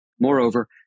Moreover